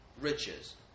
riches